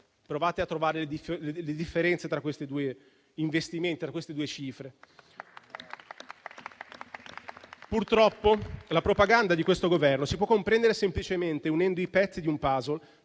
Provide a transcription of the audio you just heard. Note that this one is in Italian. Provate a trovare le differenze tra questi due investimenti, tra queste due cifre. Purtroppo, la propaganda di questo Governo si può comprendere semplicemente unendo i pezzi di un *puzzle*